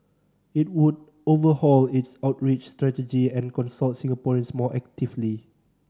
it would overhaul its outreach strategy and consult Singaporeans more actively